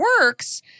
works